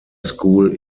school